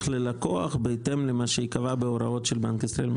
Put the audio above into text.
ללקוח בהתאם למה שיקבע בהוראות של בנק ישראל?